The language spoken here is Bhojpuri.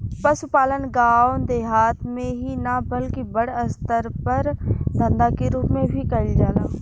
पसुपालन गाँव देहात मे ही ना बल्कि बड़ अस्तर पर धंधा के रुप मे भी कईल जाला